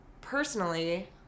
personally